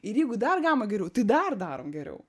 ir jeigu dar galima geriau tai dar darom geriau